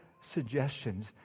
suggestions